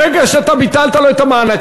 ברגע שאתה ביטלת לו את המענק,